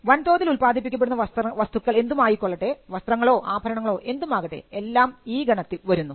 വൻതോതിൽ ഉൽപാദിപ്പിക്കപ്പെടുന്ന വസ്തുക്കൾ എന്തുമായിക്കൊള്ളട്ടെ വസ്ത്രങ്ങളോ ആഭരണങ്ങളോ എന്തുമാകട്ടെ എല്ലാം ഈ ഗണത്തിൽ വരുന്നു